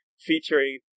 featuring